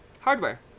hardware